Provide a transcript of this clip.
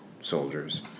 soldiers